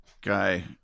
guy